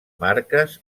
marques